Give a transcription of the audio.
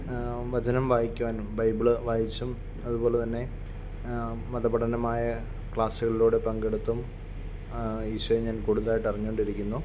വചനം വായിക്കുവാനും ബൈബിൾ വായിച്ചും അതുപോലെ തന്നെ മത പഠനമായ ക്ലാസ്സുകളിലൂടെ പങ്കെടുത്തും ഈശോയെ ഞാൻ കൂടുതലായിട്ടും അറിഞ്ഞു കൊണ്ടിരിക്കുന്നു